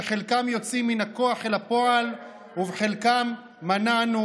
חלקם יוצאים מן הכוח אל הפועל ובחלקם מנענו